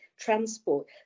transport